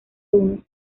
unos